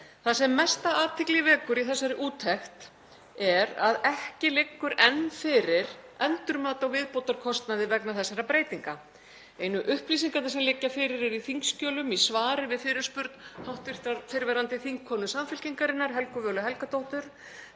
Það sem mesta athygli vekur í þessari úttekt er að ekki liggur enn fyrir endurmat á viðbótarkostnaði vegna þessara breytinga. Einu upplýsingarnar sem liggja fyrir eru í þingskjölum í svari við fyrirspurn hv. fyrrverandi þingkonu Samfylkingarinnar, Helgu Völu Helgadóttur,